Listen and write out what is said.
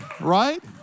right